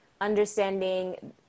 understanding